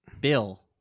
bill